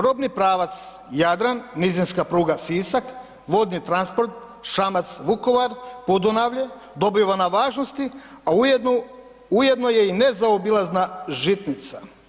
Robni pravac Jadran, nizinska pruga Sisak, vodni transport Šamac – Vukovar – Podunavlje dobiva na važnosti, a ujedno je i nezaobilazna žitnica.